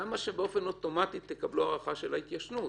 למה שבאופן אוטומטי תקבלו הארכה של ההתיישנות?